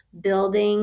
building